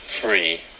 free